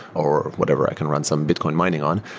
or whatever. i can run some bitcoin mining on.